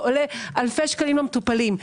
ועולה אלפי שקלים למטופלים.